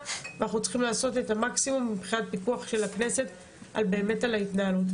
לעשות את המקסימום מבחינת הפיקוח של הכנסת על ההתנהלות.